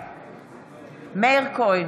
בעד מאיר כהן,